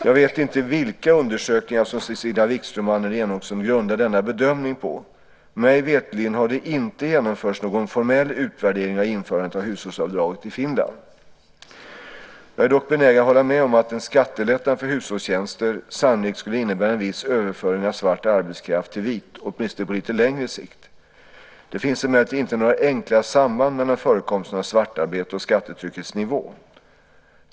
Jag vet inte vilka undersökningar som Cecilia Wikström och Annelie Enochson grundar denna bedömning på. Mig veterligen har det inte genomförts någon formell utvärdering av införandet av hushållsavdraget i Finland. Jag är dock benägen att hålla med om att en skattelättnad för hushållstjänster sannolikt skulle innebära en viss överföring av svart arbetskraft till vit, åtminstone på lite längre sikt. Det finns emellertid inte några enkla samband mellan förekomsten av svartarbete och skattetryckets nivå.